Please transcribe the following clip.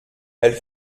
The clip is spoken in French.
elle